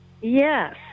Yes